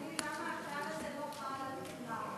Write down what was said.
הבנתי, אדוני, למה הכלל הזה לא חל על כולם?